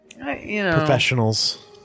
professionals